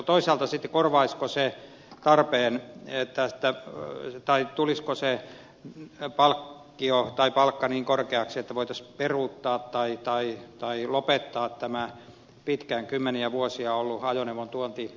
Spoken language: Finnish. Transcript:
toisaalta tulisiko se palkkio tai palkka sitten niin korkeaksi että voitaisiin peruuttaa tai lopettaa tämä pitkään kymmeniä vuosia ollut ajoneuvontuontietuisuus